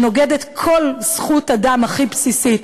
שנוגדת כל זכות אדם הכי בסיסית,